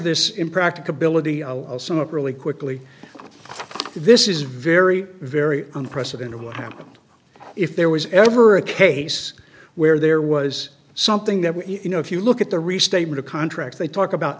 this impracticability i'll sum up really quickly this is very very unprecedented what happened if there was ever a case where there was something that you know if you look at the restatement of contracts they talk about